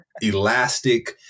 elastic